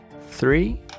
three